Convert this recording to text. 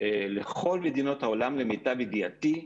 לכל מדינות העולם למיטב ידיעתי,